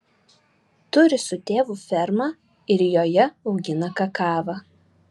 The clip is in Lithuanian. turi su tėvu fermą ir joje augina kakavą